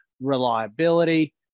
reliability